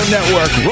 Network